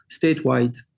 statewide